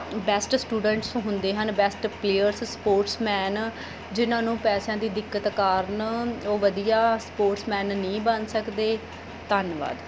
best students ਹੁੰਦੇ ਹਨ best players sportsman ਜਿਹਨਾਂ ਨੂੰ ਪੈਸਿਆਂ ਦੀ ਦਿੱਕਤ ਕਾਰਨ ਉਹ ਵਧੀਆ ਸਪੋਰਟਸਮੈਨ ਨਹੀਂ ਬਣ ਸਕਦੇ ਧੰਨਵਾਦ